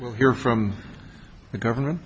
we'll hear from the governor